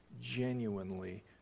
genuinely